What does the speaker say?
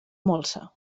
molsa